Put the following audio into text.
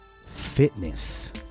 fitness